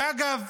שאגב,